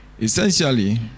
Essentially